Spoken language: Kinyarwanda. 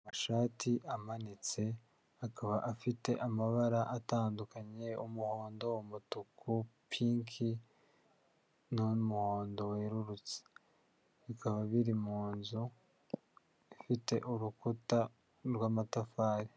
Amashati amanitse, akaba afite amabara atandukanye umuhondo, umutuku, pinki n'umuhondo werurutse, bikaba biri munzu, ifite urukuta rw'amatafari.